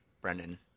Brendan